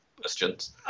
questions